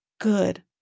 good